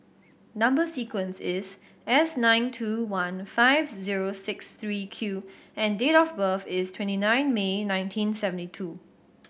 number sequence is S nine two one five zero six three Q and date of birth is twenty nine May nineteen seventy two